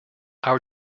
our